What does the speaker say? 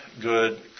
good